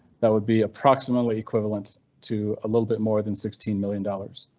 that would be approximately equivalent to a little bit more than sixteen million dollars,